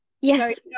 Yes